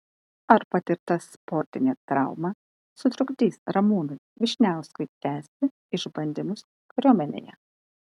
ar patirta sportinė trauma sutrukdys ramūnui vyšniauskui tęsti išbandymus kariuomenėje